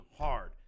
hard